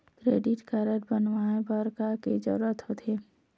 Credit card बनवाए बर का के जरूरत होते?